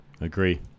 Agree